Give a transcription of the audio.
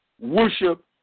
Worship